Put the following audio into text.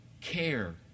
care